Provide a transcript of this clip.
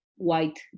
white